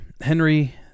Henry